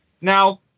Now